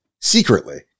secretly